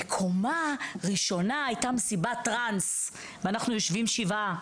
בקומה ראשונה הייתה מסיבת טראנס ואנחנו יושבים שבעה,